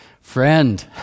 friend